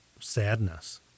sadness